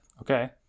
Okay